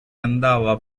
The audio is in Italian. andava